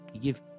give